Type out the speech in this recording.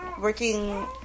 working